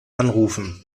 anrufen